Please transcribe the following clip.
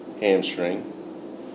hamstring